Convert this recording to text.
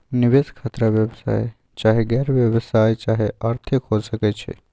निवेश खतरा व्यवसाय चाहे गैर व्यवसाया चाहे आर्थिक हो सकइ छइ